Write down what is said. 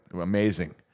Amazing